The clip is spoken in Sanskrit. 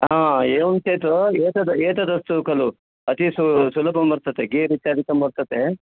ह एवं चेत् एतद् एतदस्तु खलु अतिसु सुलभं वर्तते गेर् इत्यादिकं वर्तते